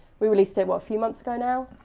we released it what, a few months ago now?